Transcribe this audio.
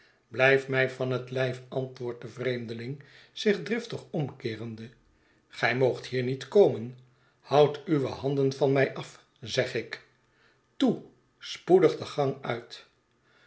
blijf mij van het lijf antwoordt de vreemdeling zich driftig omkeerende gij moogt niet hier komen houd uwe handen van mij af zeg ik toe spoedig den gang uit